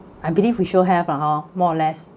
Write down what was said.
I believe we sure have ah hor more or less